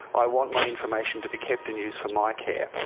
i want my information to be kept in use for my care.